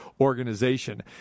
organization